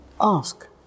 Ask